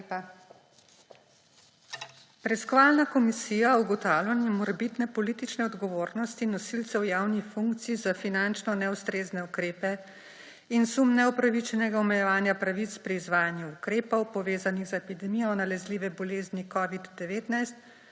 Preiskovalna komisija o ugotavljanju morebitne politične odgovornosti nosilcev javnih funkcij za finančno neustrezne ukrepe in sum neupravičenega omejevanja pravic pri izvajanju ukrepov, povezanih z epidemijo nalezljive bolezni COVID-19,